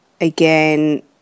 Again